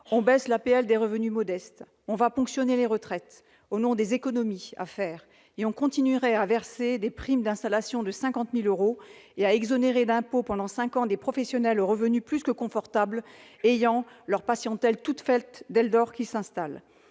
les personnes aux revenus modestes ; on va ponctionner les retraites au nom des économies à faire ; et on continuerait à verser des primes d'installation de 50 000 euros, à exonérer d'impôt pendant cinq ans des professionnels aux revenus plus que confortables, ayant leur patientèle toute faite dès lors qu'ils s'installent